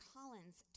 Collins